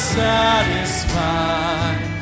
satisfied